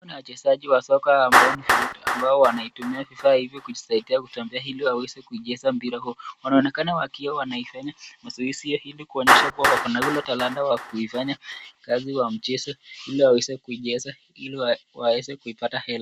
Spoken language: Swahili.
Kuna wachezaji wa soka ambao ni viwete ambao wanaitumia vifaa hivi kujisaidia kutembea hili waweze kujisaidia kucheza mpira huu. Wanaonekana wakiwa wanaifanya mazoezi hiyo hili kuonyesha kuwa wako na ule talanta wa kuhifanya kazi wa mchezo hili waweze kujiweza hili waweze kuipata hela.